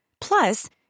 Plus